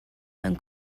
mewn